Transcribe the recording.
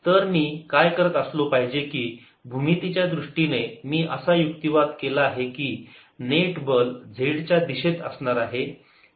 तर मी काय करत असलो पाहिजे की भूमितीच्या दृष्टीने मी असा युक्तिवाद केला आहे की नेट बल z च्या दिशेत असणार आहे